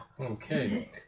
Okay